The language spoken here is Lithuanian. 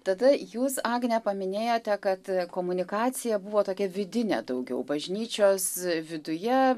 tada jūs agne paminėjote kad komunikacija buvo tokia vidinė daugiau bažnyčios viduje